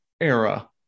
era